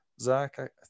zach